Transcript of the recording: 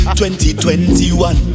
2021